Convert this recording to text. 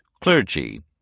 clergy